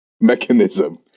mechanism